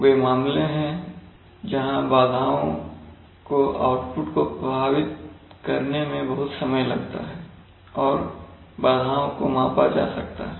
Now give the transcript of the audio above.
वे मामले हैं जहां बाधाओं को आउटपुट को प्रभावित करने में बहुत समय लगता है और बाधाओं को मापा जा सकता है